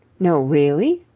no, really?